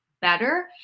better